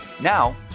Now